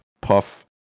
Puff